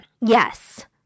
yes